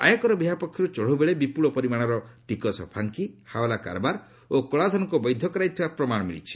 ଆୟକର ବିଭାଗ ପକ୍ଷରୁ ଚଢ଼ଉ ବେଳେ ବିପୁଳ ପରିମାଣର ଟିକସ ଫାଙ୍କି ହାଓ୍ୱଲା କାରବାର ଓ କଳାଧନକୁ ବୈଧ କରାଯାଇଥିବାର ପ୍ରମାଣ ମିଳିଛି